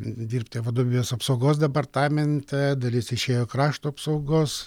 dirbti vadovybės apsaugos departamente dalis išėjo į krašto apsaugos